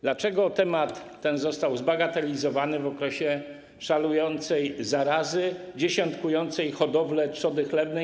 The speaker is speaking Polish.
Dlaczego temat ten został zbagatelizowany w okresie szalejącej zarazy, dziesiątkującej hodowle trzody chlewnej?